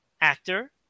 Actor